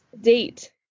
date